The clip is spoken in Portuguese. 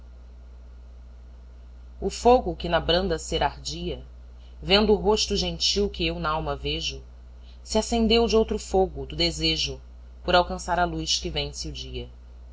o fogo que na branda cera ardia vendo o rosto gentil que eu n'alma vejo se acendeu de outro fogo do desejo por alcançar a luz que vence o dia